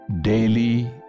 Daily